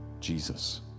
Jesus